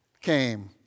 came